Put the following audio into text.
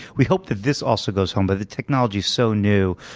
we hope that this also goes home. but the technology is so new.